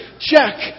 Check